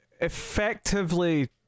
effectively